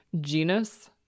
genus